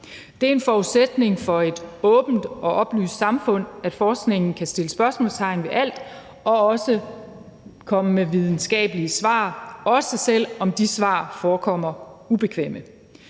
Det er en forudsætning for et åbent og oplyst samfund, at forskningen kan sætte spørgsmålstegn ved alt og også komme med videnskabelige svar, også selv om de svar forekommer ubekvemme.